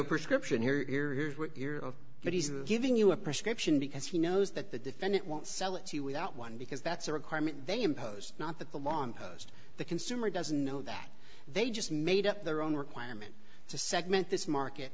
a prescription here ear here's what you're of but he's giving you a prescription because he knows that the defendant won't sell it to you without one because that's a requirement they impose not that the long post the consumer doesn't know that they just made up their own requirement to segment this market